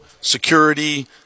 security